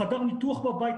חדר ניתוח בבית,